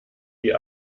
die